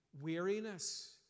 weariness